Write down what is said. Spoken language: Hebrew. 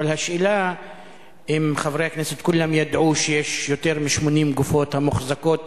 אבל השאלה אם חברי הכנסת כולם ידעו שיש יותר מ-80 גופות המוחזקות